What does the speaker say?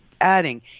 adding